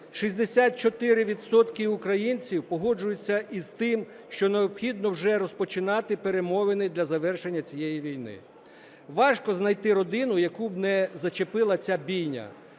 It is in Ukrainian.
українців погоджуються із тим, що необхідно вже розпочинати перемовини для завершення цієї війни. Важко знайти родину, яку б не зачепила ця бійня.